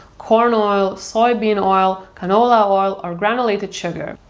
corn oil, soybean oil, canola oil, or granulated sugar.